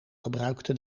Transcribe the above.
gebruikte